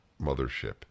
mothership